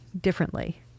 differently